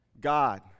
God